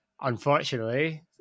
unfortunately